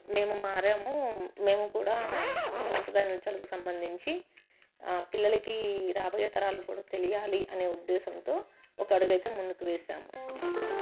మేము మారాము మేము కూడా సాంప్రదాయ నృతాలకు సంబంధించి పిల్లలకి రాబోయ తరాలకు కూడా తెలియాలి అనే ఉద్దేశంతో ఒక అడుగైతే ముందుకు వేసాము